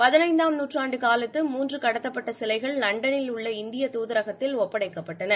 பதினைந்தாம் நாற்றாண்டு காலத்து மூன்று கடத்தப்பட்ட சிலைகள் லண்டனில் உள்ள இந்திய தாதரகத்தில் ஒப்படைக்கப்பட்டன